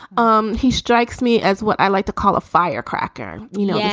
um he strikes me as what i like to call a firecracker, you know,